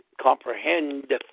comprehend